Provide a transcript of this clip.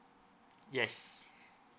yes